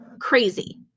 crazy